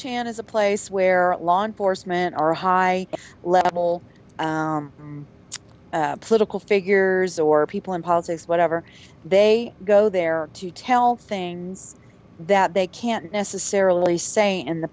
chan is a place where law enforcement or high level political figures or people in politics whatever they go there to tell things that they can't necessarily say in the